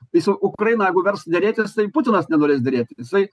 tiesiog ukrainą jeigu vers derėtis tai putinas nenorės derėtis jisai